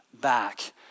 back